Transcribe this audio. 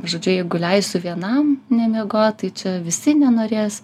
žodžiu jeigu leisiu vienam nemiegot tai čia visi nenorės